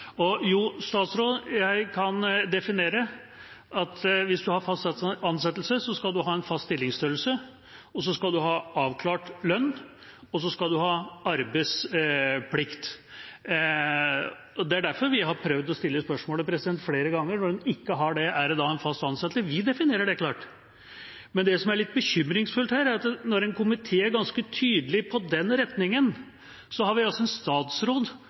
Og jo, statsråd, jeg kan definere «fast ansettelse»: Hvis du har fast ansettelse, skal du ha en fast stillingsstørrelse, og så skal du ha avklart lønn, og så skal du ha arbeidsplikt – og det er derfor vi har prøvd å stille det spørsmålet flere ganger: Når en ikke har det, er det da en fast ansettelse? Vi definerer det klart. Men det som er litt bekymringsfullt her, er at når en komité er ganske tydelig på den retningen, så har vi altså en statsråd